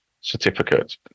certificate